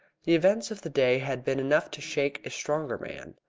the events of the day had been enough to shake a stronger man.